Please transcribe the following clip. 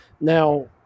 now